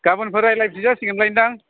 गाबोनफोर रायलायफिनजासिगोन लायदां